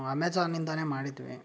ಅಮೇಝಾನ್ನಿಂದಲೇ ಮಾಡಿದ್ವಿ